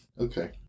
okay